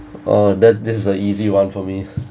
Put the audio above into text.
oh that's this a easy [one] for me